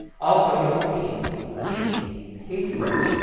also you'll see the page breaks.